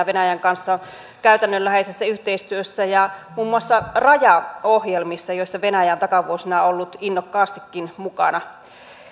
venäjän kanssa käytännönläheisessä yhteistyössä ja muun muassa rajaohjelmissa joissa venäjä on takavuosina ollut innokkaastikin mukana